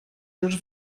już